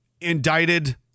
indicted